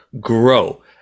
grow